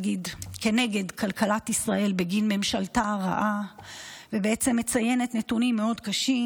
כנגד כלכלת ישראל בגין ממשלתה הרעה ומציינת נתונים מאוד קשים,